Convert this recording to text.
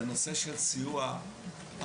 זה הנושא של סיוע אחרי.